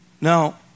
Now